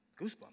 goosebumps